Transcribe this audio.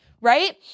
right